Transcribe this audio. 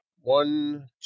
One